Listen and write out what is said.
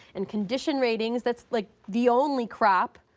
and condition ratings, that's like the only crop,